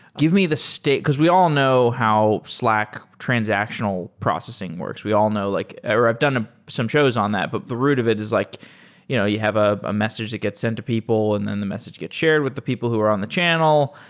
give me the state because we all know how slack transactional processing works. we all know like ah i've done ah some shows on that, but the root of it is like you know you have a message that gets sent to people and then the message gets shared with the people who are on the channel,